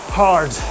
hard